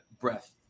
breath